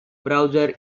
browser